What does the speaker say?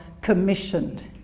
commissioned